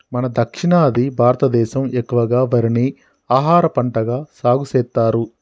మన దక్షిణాది భారతదేసం ఎక్కువగా వరిని ఆహారపంటగా సాగుసెత్తారు